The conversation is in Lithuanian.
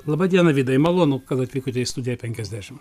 laba diena vidai malonu kad atvykote į studiją penkiasdešim